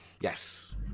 yes